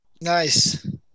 Nice